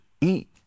eat